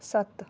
ਸੱਤ